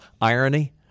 irony